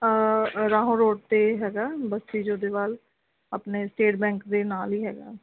ਰਾਹੋਂ road 'ਤੇ ਹੈਗਾ ਬਸਤੀ ਜੋਧੇਵਾਲ ਆਪਣੇ ਸਟੇਟ ਬੈਂਕ ਦੇ ਨਾਲ ਹੀ ਹੈਗਾ